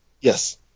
Yes